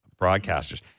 broadcasters